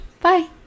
Bye